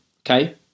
okay